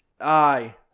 Aye